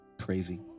Crazy